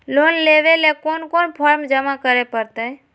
Loan लेवे ले कोन कोन फॉर्म जमा करे परते?